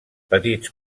petits